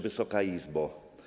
Wysoka Izbo!